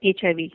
HIV